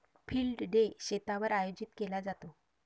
field day शेतावर आयोजित केला जातो